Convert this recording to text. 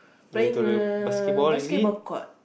play in the basketball court